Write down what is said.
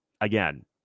again